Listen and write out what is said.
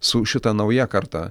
su šita nauja karta